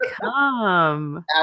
come